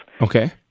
Okay